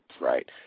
right